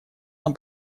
нам